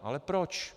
Ale proč?